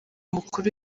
mukuru